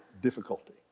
difficulty